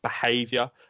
behavior